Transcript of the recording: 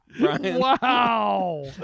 Wow